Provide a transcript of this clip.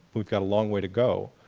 we've got a long way to go.